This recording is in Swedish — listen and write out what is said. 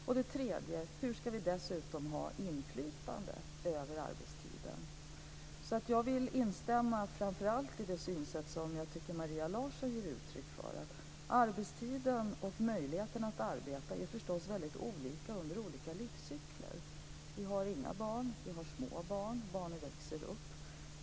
För det tredje: Hur ska vi dessutom ha inflytande över arbetstiden? Jag vill ansluta mig framför allt till det synsätt som jag tycker att Maria Larsson ger uttryck för, nämligen att arbetstiden och möjligheterna att arbeta, förstås, är väldigt olika under olika livscykler: Vi har inga barn. Vi har små barn. Barnen växer upp.